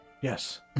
Yes